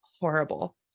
horrible